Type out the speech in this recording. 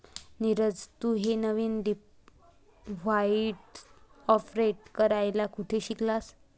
नीरज, तू हे नवीन डिव्हाइस ऑपरेट करायला कुठे शिकलास?